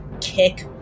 kick